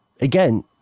again